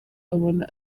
abona